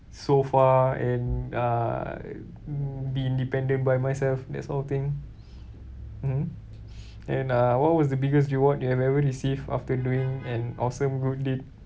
so far and uh be independent by myself that sort of thing mmhmm and uh what was the biggest reward you have ever received after doing an awesome good deed